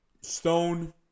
Stone